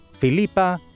Filipa